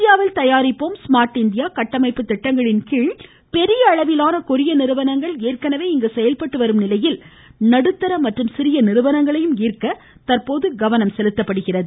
இந்தியாவில் தயாரிப்போம் smart India கட்டமைப்பு திட்டங்களின் கீழ் பெரிய அளவிலான கொரிய நிறுவனங்கள் ஏற்கனவே இங்கு செயல்பட்டு வரும் நிலையில் நடுத்தர மற்றும் சிறிய நிறுவனங்களையும் ஈர்க்க தற்போது கவனம் செலுத்தப்படுகிறது